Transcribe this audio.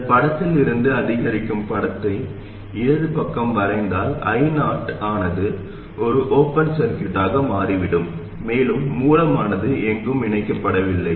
இந்தப் படத்தில் இருந்து அதிகரிக்கும் படத்தை இடது பக்கம் வரைந்தால் I0 ஆனது ஒரு ஓப்பன் சர்க்யூட்டாக மாறிவிடும் மேலும் மூலமானது எங்கும் இணைக்கப்படவில்லை